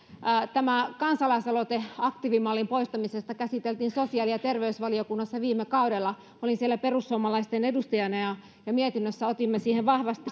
tämä kansalaisaloite aktiivimallin poistamisesta käsiteltiin sosiaali ja terveysvaliokunnassa viime kaudella olin siellä perussuomalaisten edustajana ja ja mietinnössä otimme siihen vahvasti